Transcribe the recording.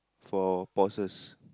for pauses